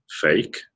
fake